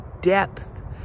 depth